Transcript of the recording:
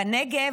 בנגב,